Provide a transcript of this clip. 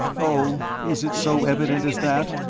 oh, is it so evident as that?